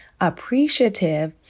appreciative